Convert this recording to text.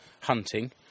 hunting